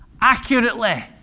accurately